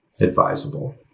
advisable